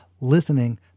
Listening